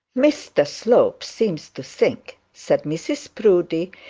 mr slope seems to think said mrs proudie,